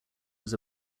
was